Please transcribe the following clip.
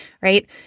right